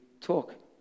talk